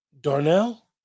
Darnell